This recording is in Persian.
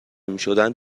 میشدند